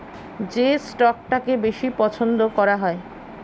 যে স্টকটাকে বেশি পছন্দ করা হয়